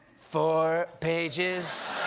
four pages?